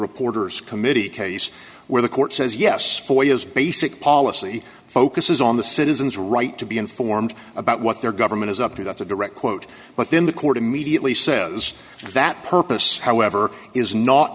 reporters committee case where the court says yes for you as basic policy focuses on the citizens right to be informed about what their government is up to that's a direct quote but then the court immediately says that purpose however is not